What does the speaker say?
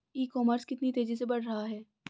ई commerce कितनी तेजी से बढ़ रहा है?